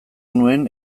nuen